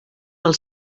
del